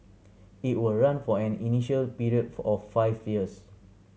it will run for an initial period for of five years